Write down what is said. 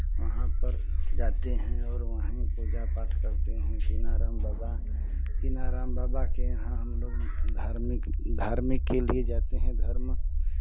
वहाँ पर जाते हैं और वहीं पूजा पाठ करते हैं कीनाराम बाबा कीनाराम बाबा के यहाँ हम लोग धार्मिक धार्मिक के लिए जाते हैं धर्म